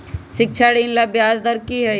शिक्षा ऋण ला ब्याज दर कि हई?